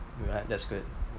that's good